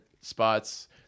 spots